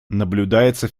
наблюдается